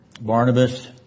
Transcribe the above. Barnabas